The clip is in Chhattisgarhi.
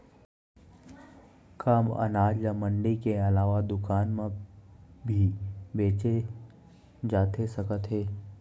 का अनाज ल मंडी के अलावा दुकान म भी बेचे जाथे सकत हे?